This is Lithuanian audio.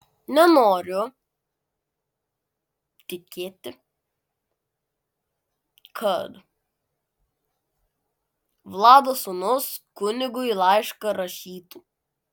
nenoriu tikėti kad vlado sūnūs kunigui laišką rašytų